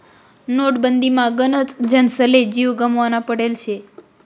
नोटबंदीमा गनच जनसले जीव गमावना पडेल शे